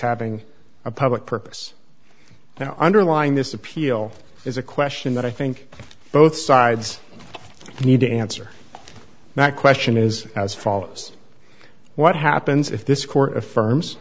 having a public purpose now underlying this appeal is a question that i think both sides need to answer that question is as follows what happens if this court affirms